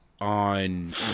On